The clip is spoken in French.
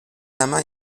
amants